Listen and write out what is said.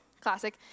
classic